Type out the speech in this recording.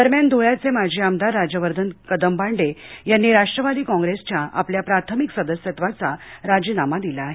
दरम्यान धुळ्याचे माजी आमदार राजवर्धन कदमबांडे यांनी राष्ट्रवादी कॉप्रेसच्या आपल्या प्राथमिक सदस्यत्वाचा राजीनामा दिला आहे